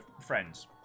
friends